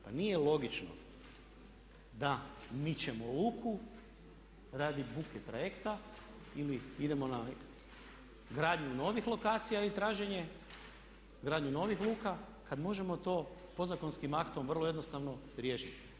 Pa nije logično da mičemo luku radi buke trajekta ili idemo na gradnju novih lokacija i traženje, gradnju novih luka kada možemo to podzakonskim aktom vrlo jednostavno riješiti.